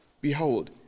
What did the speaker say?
Behold